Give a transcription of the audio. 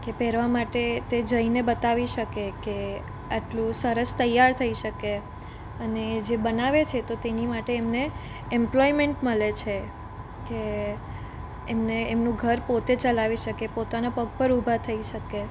કે પહેરવા માટે તે જઈને બતાવી શકે કે આટલું સરસ તૈયાર થઈ શકે અને જે બનાવે છે તો તેની માટે એમને એમ્પલોયમેન્ટ મળે છે કે એમને એમનું ઘર પોતે ચલાવી શકે પોતાના પગ પર ઊભા થઈ શકે